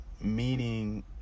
meeting